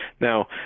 Now